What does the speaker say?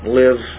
live